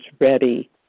ready